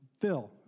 Phil